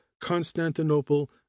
constantinople